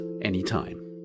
anytime